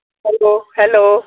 hello